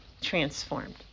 transformed